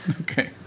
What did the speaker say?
Okay